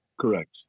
Correct